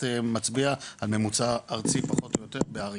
מצביע על ממוצע ארצי פחות או יותר בערים,